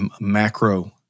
macro